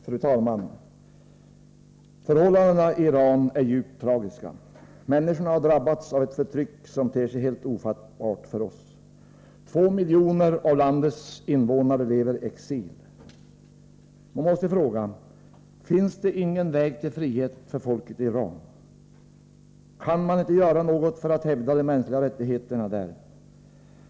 Fru talman! Förhållandena i Iran är djupt tragiska. Människorna har drabbats av ett förtryck som ter sig helt ofattbart för oss. Två miljoner av landets invånare lever i exil. Man måste fråga: Finns det ingen väg till frihet för folket i Iran? Kan man inte göra något för att hävda de mänskliga rättigheterna där?